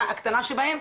הקטנה שבהם,